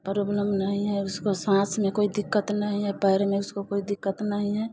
problem नहीं है उसको साँस में कोई दिक्कत नहीं है पैर में उसको कोई दिक्कत नहीं है